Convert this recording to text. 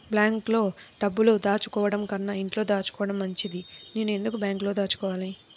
బ్యాంక్లో డబ్బులు దాచుకోవటంకన్నా ఇంట్లో దాచుకోవటం మంచిది నేను ఎందుకు బ్యాంక్లో దాచుకోవాలి?